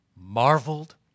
marveled